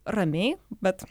ramiai bet